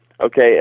Okay